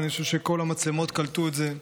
אני חושב שכל המצלמות קלטו את זה.